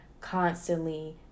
constantly